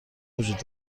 وجود